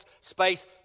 Space